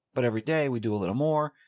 but every day we do a little more,